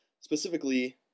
specifically